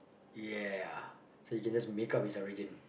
ya so yo can just make up his origin